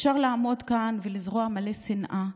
אפשר לעמוד כאן ולזרוע מלא שנאה,